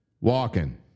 walking